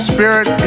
Spirit